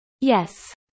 Yes